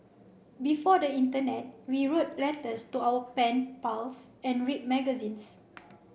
before the internet we wrote letters to our pen pals and read magazines